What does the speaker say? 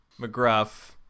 McGruff